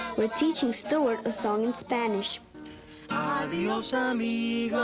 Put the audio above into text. we're teaching stewart a song in spanish ah adios, ah amigo,